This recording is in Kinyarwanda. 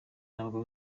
ntabwo